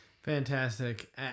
Fantastic